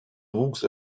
wuchs